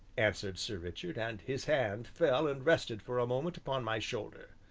answered sir richard, and his hand fell and rested for a moment upon my shoulder.